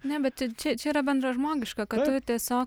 ne bet ir čia čia yra bendražmogiška kad tu tiesiog